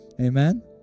Amen